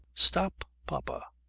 stop, papa.